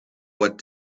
what